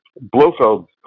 Blofeld